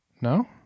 no